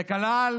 זה כלל